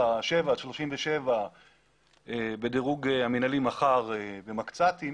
ו-37 בדירוג המנהלי ומח"ר ומקצ"טים,